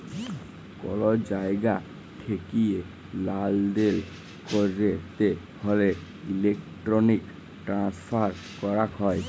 call জায়গা ঠেকিয়ে লালদেল ক্যরতে হ্যলে ইলেক্ট্রনিক ট্রান্সফার ক্যরাক হ্যয়